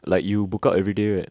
like you book out everyday right